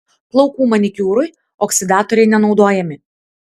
plaukų manikiūrui oksidatoriai nenaudojami